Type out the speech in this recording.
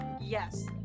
Yes